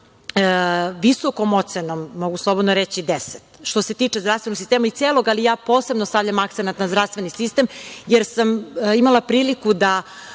visokom ocenom, mogu slobodno reći – deset, što se tiče zdravstvenog sistema. I celog, ali ja posebno stavljam akcenat na zdravstveni sistem, jer sam imala priliku da